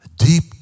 Deep